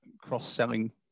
cross-selling